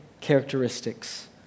characteristics